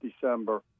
December